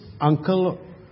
uncle